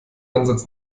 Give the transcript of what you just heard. ansatz